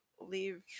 leave